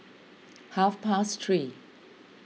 half past three